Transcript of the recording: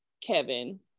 Kevin